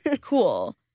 Cool